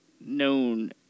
known